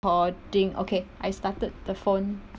cording okay I started the phone